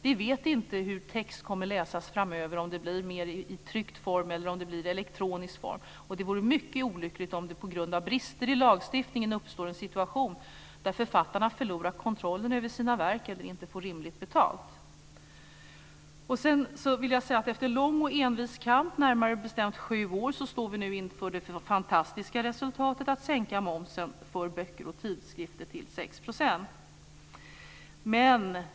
Vi vet inte hur text kommer att läsas framöver, om det blir mer i tryckt form eller mer i elektronisk form. Det vore mycket olyckligt om det på grund av brister i lagstiftningen uppstår en situation där författarna förlorar kontrollen över sina verk eller inte får rimligt betalt. Efter lång och envis kamp, närmare bestämt sju år, står vi nu inför det fantastiska resultatet att momsen för böcker och tidskrifter sänks till 6 %.